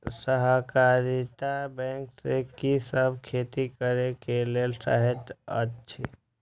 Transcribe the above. सहकारिता बैंक से कि सब खेती करे के लेल सहायता अछि?